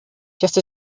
just